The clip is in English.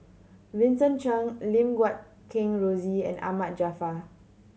Vincent Cheng Lim Guat Kheng Rosie and Ahmad Jaafar